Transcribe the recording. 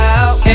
out